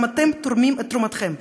גם אתם תורמים את תרומתכם,